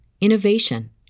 innovation